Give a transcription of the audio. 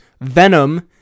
Venom